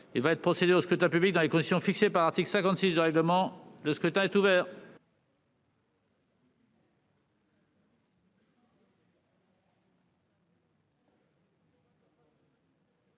Il va être procédé au scrutin dans les conditions fixées par l'article 56 du règlement. Le scrutin est ouvert.